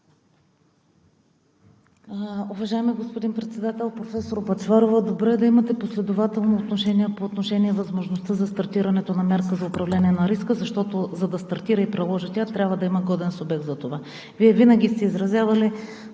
Уважаеми господин Председател! Професор Бъчварова, добре е да имате последователно отношение по възможността за стартирането на Мярката за управление на риска, защото, за да стартира и се приложи тя, трябва да има годен субект за това. Вие винаги сте изразявали